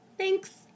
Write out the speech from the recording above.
Thanks